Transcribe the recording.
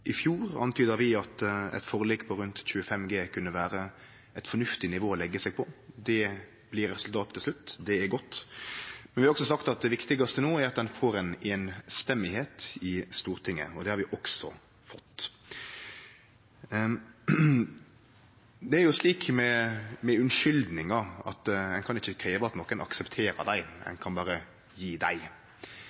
I fjor antyda vi at eit forlik på rundt 25 G kunne vere eit fornuftig nivå å leggje seg på. Det vart resultatet til slutt – det er godt. Vi har også sagt at det viktigaste no er at ein får eit samrøystes vedtak i Stortinget – det får vi også. Det er slik med unnskyldningar at ein ikkje kan krevje at nokon aksepterer dei – ein kan berre gje dei.